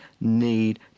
need